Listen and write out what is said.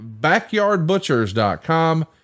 backyardbutchers.com